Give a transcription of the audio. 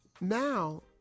Now